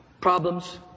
problems